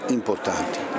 importanti